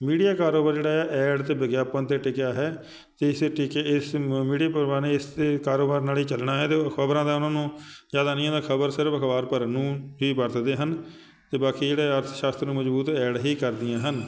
media ਕਾਰੋਬਾਰ ਜਿਹੜਾ ਹੈ ਐਡ 'ਤੇ ਵਿਗਿਆਪਨ 'ਤੇ ਟਿਕਿਆ ਹੈ ਅਤੇ ਇਸੇ ਟੀਕੇ ਇਸ ਮੀ ਮੀਡੀਆ ਪਰਵਾਨ ਇਸ ਦੇ ਕਾਰੋਬਾਰ ਨਾਲ ਹੀ ਚੱਲਣਾ ਹੈ ਅਤੇ ਖ਼ਬਰਾਂ ਦਾ ਉਹਨਾਂ ਨੂੰ ਜ਼ਿਆਦਾ ਨਹੀਂ ਹੈ ਖ਼ਬਰ ਸਿਰਫ ਅਖ਼ਬਾਰ ਭਰਨ ਨੂੰ ਹੀ ਵਰਤਦੇ ਹਨ ਅਤੇ ਬਾਕੀ ਜਿਹੜੇ ਅਰਥਸ਼ਾਸਤਰ ਨੂੰ ਮਜ਼ਬੂਤ ਐਡ ਹੀ ਕਰਦੀਆਂ ਹਨ